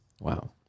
Wow